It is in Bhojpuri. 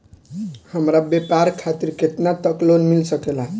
हमरा व्यापार खातिर केतना तक लोन मिल सकेला?